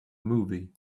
movie